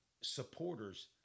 supporters